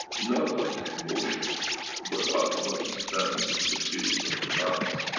not out of emotion but out of understanding of the fields of the balance,